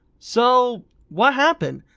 so what happened?